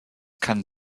kann